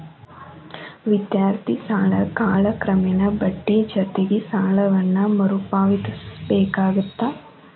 ವಿದ್ಯಾರ್ಥಿ ಸಾಲ ಕಾಲಕ್ರಮೇಣ ಬಡ್ಡಿ ಜೊತಿಗಿ ಸಾಲವನ್ನ ಮರುಪಾವತಿಸಬೇಕಾಗತ್ತ